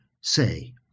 say